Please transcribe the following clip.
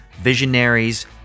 visionaries